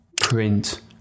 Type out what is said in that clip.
print